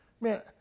Man